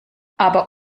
aber